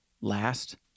last